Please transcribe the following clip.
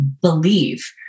believe